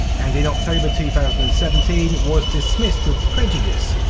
and in october two thousand and seventeen was dismissed with prejudice.